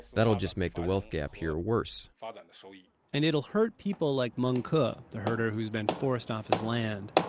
that'll just make the wealth gap here worse and so yeah and it'll hurt people like meng ke, ah the herder who's been forced off his land